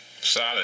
Solid